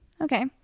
Okay